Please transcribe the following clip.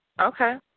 Okay